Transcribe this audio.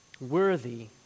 worthy